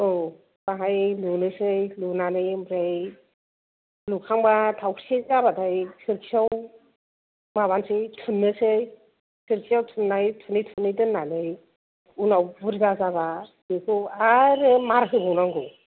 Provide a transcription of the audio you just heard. औ बाहाय लुनोसै लुनानै ओमफ्राय लुखांबा थावख्रिसे जाबाथाय सोरखियाव माबानसै थुननोसै सोरखियाव थुननाय थुनैे थुनै दोननानै उनाव बुरजा जाबा बेखौ आरो मार होबावनांगौ